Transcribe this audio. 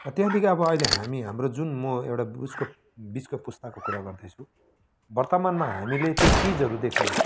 र त्यहाँदेखि अब अहिले हामी हाम्रो जुन म एउटा उसको बिचको पुस्ताको कुरा गर्दैछु वर्तमानमा हामीले त्यो चिजहरू देख्यौँ